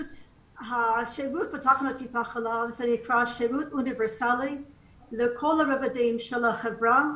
השירות בתחנות טיפות החלב נקרא שירות אוניברסלי לכל הרבדים בחברה.